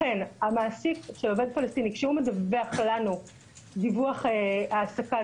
לכן המעסיק של עובד פלסטיני מדווח לנו דיווח העסקה,